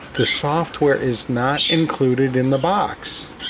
the software is not included in the box.